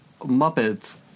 Muppets